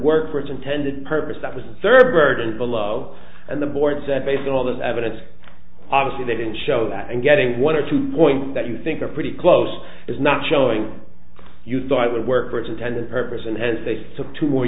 work for its intended purpose that was a third below oh and the boards that basing all this evidence obviously they didn't show that and getting one or two points that you think are pretty close is not showing you thought it would work for its intended purpose and has a six took two more